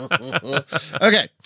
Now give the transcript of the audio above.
okay